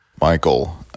Michael